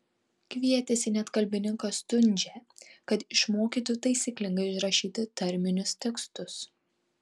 kvietėsi net kalbininką stundžią kad išmokytų taisyklingai užrašyti tarminius tekstus